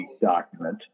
document